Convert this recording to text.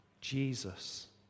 Jesus